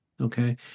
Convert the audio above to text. okay